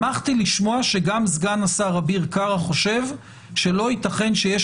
שמחתי לשמוע שגם סגן השר אביר קארה חושב שלא ייתכן שיש